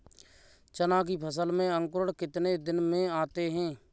चना की फसल में अंकुरण कितने दिन में आते हैं?